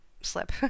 slip